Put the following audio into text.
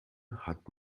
hat